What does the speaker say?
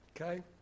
Okay